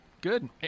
good